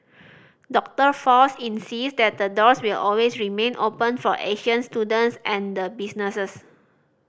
Doctor Fox insist that the doors will always remain open for Asian students and businesses